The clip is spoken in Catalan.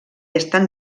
estan